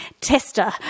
tester